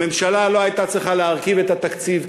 הממשלה לא הייתה צריכה להרכיב את התקציב,